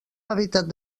hàbitat